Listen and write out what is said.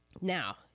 now